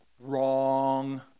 Wrong